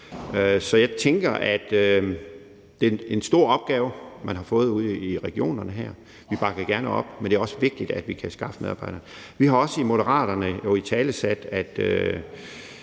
Så jeg tænker, at det er en stor opgave, man har fået ude i regionerne. Vi bakker gerne op, men det er også vigtigt, at vi kan skaffe medarbejdere. Vi har også i Moderaterne her